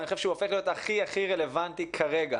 אני חושב שהוא הופך להיות הכי הכי רלוונטי כרגע.